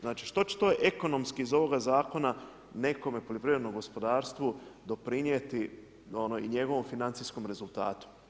Znači što će to ekonomski ovoga zakona nekome poljoprivrednom gospodarstvu doprinijeti i njegovom financijskom rezultatu?